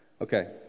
okay